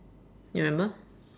you remember